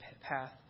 path